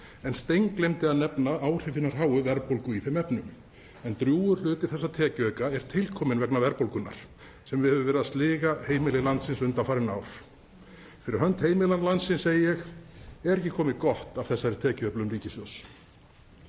en steingleymdi að nefna áhrif hinnar háu verðbólgu í þeim efnum. En drjúgur hluti þessa tekjuauka er tilkominn vegna verðbólgunnar sem hefur verið að sliga heimili landsins undanfarin ár. Fyrir hönd heimila landsins segi ég: Er ekki komið gott af þessari tekjuöflun ríkissjóðs?